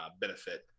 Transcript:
benefit